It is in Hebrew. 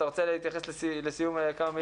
אתה רוצה להתייחס לסיום בכמה מילים?